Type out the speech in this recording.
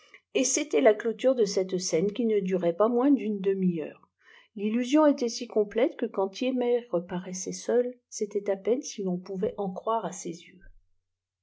et c'était la clôture de cette scène qui ne durait pas moins d'une demi-heure l'illusion était si complète que quand thiémet reparaissait seul c'était à peine si ton pouvait en croire à ses yeux